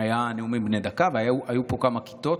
היו נאומים בני דקה והיו פה כמה כיתות,